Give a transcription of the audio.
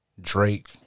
Drake